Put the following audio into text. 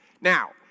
Now